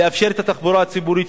לאפשר את התחבורה הציבורית,